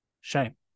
shame